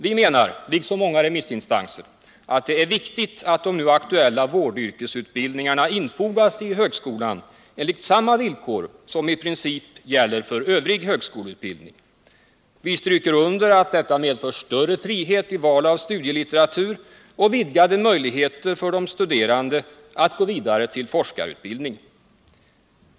Vi, liksom många remissinstanser, menar att det är viktigt att de nu aktuella vårdyrkesutbildningarna infogas i högskolan enligt samma villkor som i princip gäller för övrig högskoleutbildning. Vi stryker under att detta medför större frihet i val av studielitteratur och vidgade möjligheter för de studerande att gå vidare till forskarutbildning.